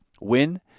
win